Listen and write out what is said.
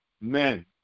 men